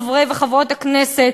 חברי וחברות הכנסת,